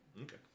Okay